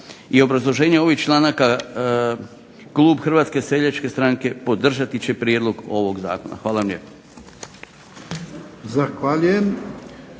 i obrazloženja ovih članak klub Hrvatske seljačke stranke podržati će prijedlog ovog zakona. Hvala vam lijepo.